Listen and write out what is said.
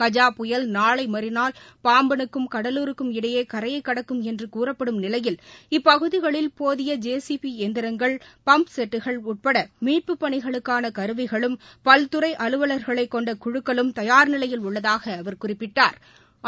கஜா புயல் நாளை மறுநாள் பாம்பனுக்கும் கடலூருக்கும் இடையே கரையை கடக்கும் என்று கூறப்படும் நிலையில் இப்பகுதிகளில் போதிய ஜே சி பி எந்திரங்கள் பம்ப் செட்டுகள் உட்பட மீட்புப் பணிகளுக்கான கருவிகளும் பல்துறை அலுவல்களைக் கொண்ட குழுக்களும் தயாா் நிலையில் உள்ளதாக அவர் குறிப்பிட்டா்